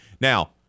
Now